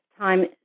time